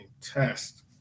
test